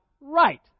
right